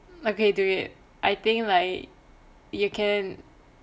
okay do it I think like you can